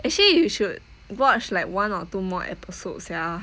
actually you should watch like one or two more episodes sia